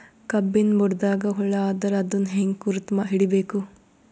ಕಬ್ಬಿನ್ ಬುಡದಾಗ ಹುಳ ಆದರ ಅದನ್ ಹೆಂಗ್ ಗುರುತ ಹಿಡಿಬೇಕ?